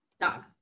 Dog